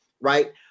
right